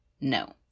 no